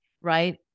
right